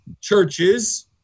churches